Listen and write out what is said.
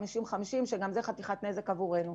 50/50 שגם זה חתיכת נזק עבורנו.